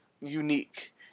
unique